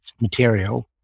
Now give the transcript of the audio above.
material